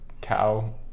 cow